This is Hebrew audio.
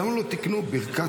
למה לא תיקנו ברכת על הניסים?